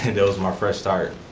and was my fresh start.